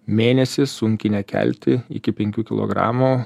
mėnesį sunkiai nekelti iki penkių kiligramų